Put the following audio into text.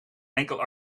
enkel